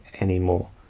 anymore